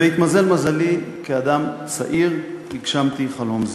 והתמזל מזלי שכאדם צעיר הגשמתי חלום זה.